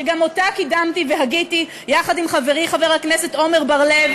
שגם אותה קידמתי והגיתי יחד עם חברי חבר הכנסת עמר בר-לב,